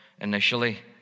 initially